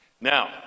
Now